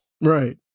Right